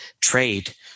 trade